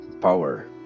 power